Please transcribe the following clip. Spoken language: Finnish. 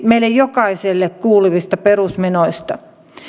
meille jokaiselle kuuluvista perusmenoista